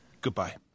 goodbye